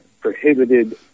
prohibited